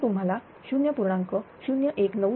तर तुम्हाला 0